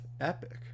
Epic